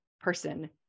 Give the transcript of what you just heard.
person